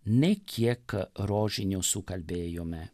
ne kiek rožinių sukalbėjome